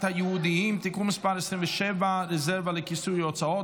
היהודיים (תיקון מס' 27) (רזרבה לכיסוי הוצאות),